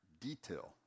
detail